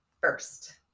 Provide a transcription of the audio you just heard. first